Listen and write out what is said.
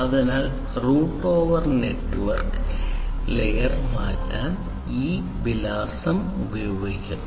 അതിനാൽ route over network layer IP വിലാസം ഉപയോഗിക്കുന്നു